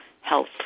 health